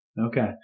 Okay